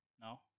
No